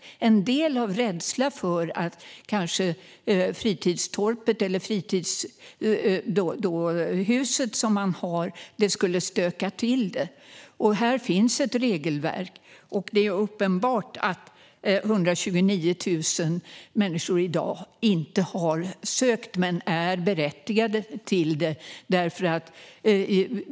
En del har inte gjort det av rädsla för att det fritidstorp eller fritidshus som man har skulle stöka till det. Här finns det ett regelverk. Det är uppenbart att 129 000 människor i dag inte har sökt men är berättigade till bostadstillägg.